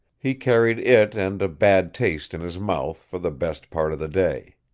he carried it and a bad taste in his mouth, for the best part of the day.